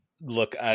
Look